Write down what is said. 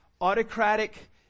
autocratic